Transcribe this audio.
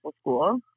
school